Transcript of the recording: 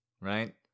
Right